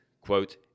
quote